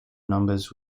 numbers